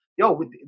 Yo